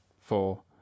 four